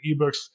eBooks